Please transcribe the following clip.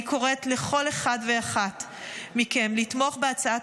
אני קוראת לכל אחד ואחת מכם לתמוך בהצעת